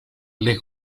les